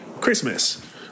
Christmas